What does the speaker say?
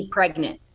Pregnant